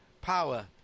power